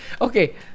Okay